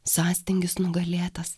sąstingis nugalėtas